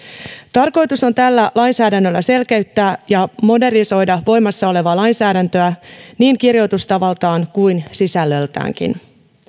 tarkoitus on tällä lainsäädännöllä selkeyttää ja modernisoida voimassa olevaa lainsäädäntöä niin kirjoitustavaltaan kuin sisällöltäänkin